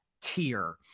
tier